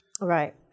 Right